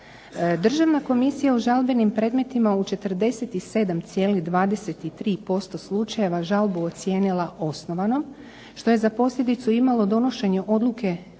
Državna komisija u žalbenim predmetima u 47,23% slučajeva žalbu ocijenila osnovanom što je za posljedicu imalo donošenje odluke o